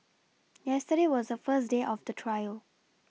yesterday was the first day of the trial